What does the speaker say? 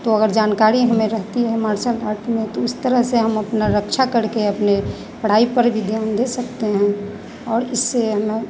तो अगर जानकारी हमें रहती है मार्सल आर्ट में तो उस तरह से हम अपनी रक्षा करके अपनी पढ़ाई पर भी ध्यान दे सकते हैं और इससे हमें